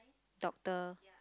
doctor